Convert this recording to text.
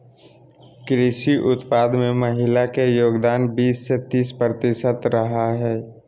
कृषि उत्पादन में महिला के योगदान बीस से तीस प्रतिशत रहा हइ